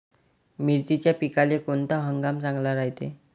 मिर्चीच्या पिकाले कोनता हंगाम चांगला रायते?